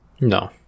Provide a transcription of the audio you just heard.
No